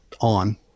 on